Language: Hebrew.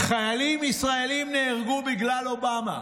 חיילים ישראלים נהרגו בגלל אובמה.